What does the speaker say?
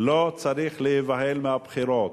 לא צריך להיבהל מהבחירות.